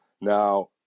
now